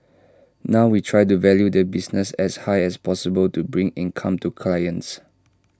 now we try to value the business as high as possible to bring income to clients